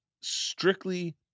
strictly